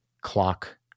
clock